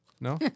No